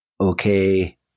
okay